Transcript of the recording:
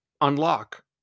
unlock